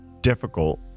difficult